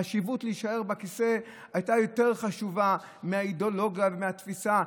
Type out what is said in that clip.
החשיבות להישאר בכיסא הייתה יותר חשובה מהאידיאולוגיה ומהתפיסה.